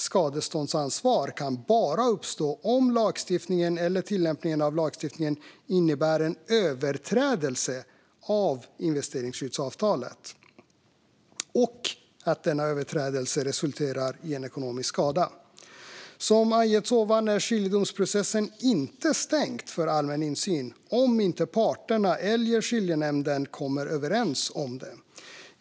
Skadeståndsansvar kan bara uppstå om lagstiftningen eller tillämpningen av lagstiftningen innebär en överträdelse av investeringsskyddsavtalet och denna överträdelse resulterar i en ekonomisk skada. Som angetts ovan är skiljedomsprocessen inte stängd för allmän insyn om inte parterna eller skiljenämnden kommer överens om det.